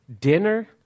dinner